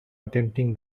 attempting